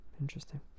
interesting